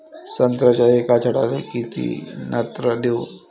संत्र्याच्या एका झाडाले किती नत्र देऊ?